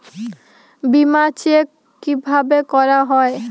বিমা চেক কিভাবে করা হয়?